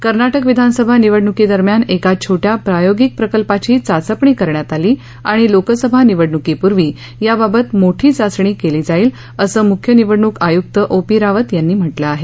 कर्नाटक विधानसभा निवडणुकीदरम्यान एका छोट्या प्रायोगिक प्रकल्पाची चाचपणी करण्यात आली आणि लोकसभा निवडणुकीपूर्वी याबाबत मोठी चाचणी केली जाईल असं मुख्य निवडणूक आयुक्त ओ पी रावत यांनी म्हटलं आहे